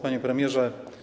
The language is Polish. Panie Premierze!